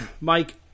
Mike